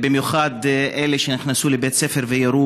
במיוחד אלה שנכנסו לבית ספר וירו